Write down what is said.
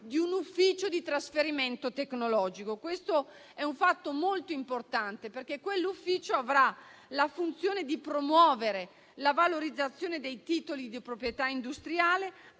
di un ufficio di trasferimento tecnologico: questo è un fatto molto importante, perché quell'ufficio avrà la funzione di promuovere la valorizzazione dei titoli di proprietà industriale